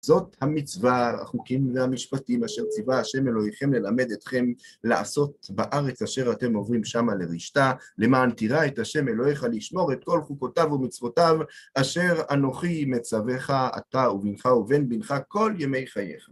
זאת המצווה, החוקים והמשפטים, אשר ציווה השם אלוהיכם ללמד אתכם לעשות בארץ, אשר אתם עוברים שם לרשתה, למען תירא את השם אלוהיך לשמור את כל חוקותיו ומצוותיו, אשר אנוכי מצוויך, אתה ובנך ובן בנך, כל ימי חייך.